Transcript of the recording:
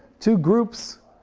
two groups,